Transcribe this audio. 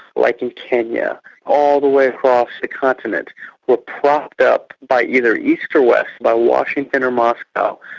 like in kenya all the way across the continent were propped up by either east or west, by washington or moscow,